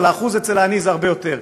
אבל האחוז הזה אצל העני הוא הרבה יותר.